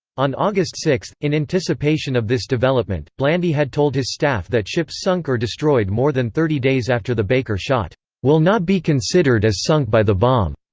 on august six, in anticipation of this development, blandy had told his staff that ships sunk or destroyed more than thirty days after the baker shot will not be considered as sunk by the bomb.